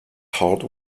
hard